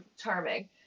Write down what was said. charming